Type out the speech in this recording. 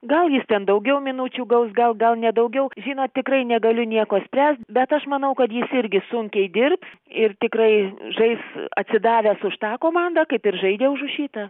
gal jis ten daugiau minučių gaus gal gal ne daugiau žinot tikrai negaliu nieko spręst bet aš manau kad jis irgi sunkiai dirbs ir tikrai žais atsidavęs už tą komandą kaip ir žaidė už šitą